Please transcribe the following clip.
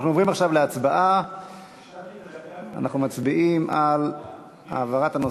אנחנו עוברים עכשיו להצבעה.